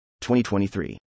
2023